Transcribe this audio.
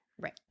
Right